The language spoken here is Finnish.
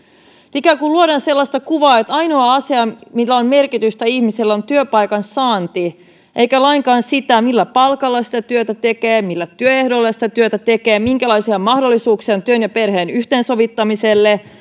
ikään kuin luodaan sellaista kuvaa että ainoa asia millä on merkitystä ihmisille on työpaikan saanti eikä lainkaan se millä palkalla sitä työtä tekee millä työehdoilla sitä työtä tekee ja minkälaisia mahdollisuuksia on työn ja perheen yhteensovittamiselle